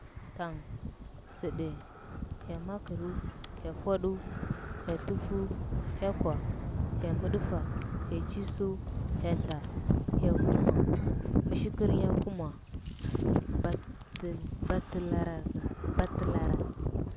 Tang, sɚɗɚ, hya magɚrɚu, hya fuaɗu, hya tufu, hya kwa, hya mɚɗɚfa, hya chisu, hya dla, hya kuma, misikɚrnya kuma, betɚ, batɚ laraza, batɚlara.